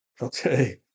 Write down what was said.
Okay